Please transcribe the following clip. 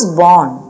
born